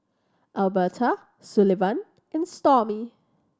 Elberta Sullivan and Stormy